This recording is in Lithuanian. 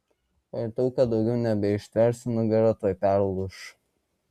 pajutau kad daugiau nebeištversiu nugara tuoj perlūš